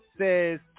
says